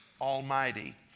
Almighty